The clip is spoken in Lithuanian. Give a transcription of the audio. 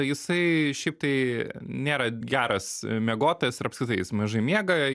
jisai šiaip tai nėra geras miegotojas ir apskritai jis mažai miega